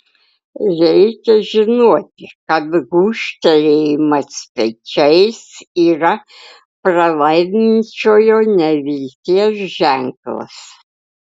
reikia žinoti kad gūžtelėjimas pečiais yra pralaiminčiojo nevilties ženklas